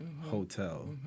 hotel